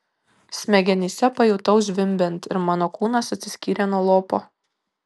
smegenyse pajutau zvimbiant ir mano kūnas atsiskyrė nuo lopo